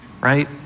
right